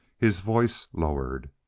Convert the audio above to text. his voice lowered.